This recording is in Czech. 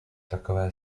takové